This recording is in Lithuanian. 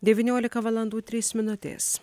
devyniolika valandų trys minutės